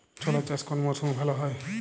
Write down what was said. ছোলা চাষ কোন মরশুমে ভালো হয়?